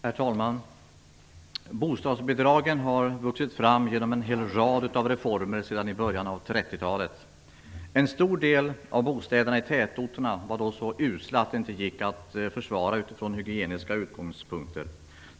Herr talman! Bostadsbidragen har vuxit fram genom en hel rad reformer sedan början av 1930-talet. En stor del av bostäderna i tätorterna var då så usla att de inte gick att försvara från hygieniska utgångspunkter.